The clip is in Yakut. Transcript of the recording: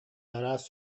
араас